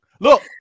Look